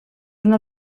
una